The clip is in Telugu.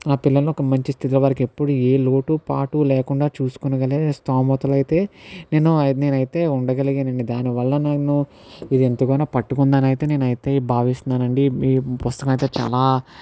నా పిల్లలు ఒక్క మంచి స్థితిలో వారికి ఎప్పుడూ ఏ లోటు పాటు లేకుండా చూసుకోగలిగే స్తోమతలు అయితే నేను నేను అయితే ఉండగలిగాను అండి దానివల్ల నేను ఇది ఎంతగానో పట్టుకున్నాను అయితే నేనైతే భావిస్తున్నాను అండి ఈ పుస్తకం అయితే చాలా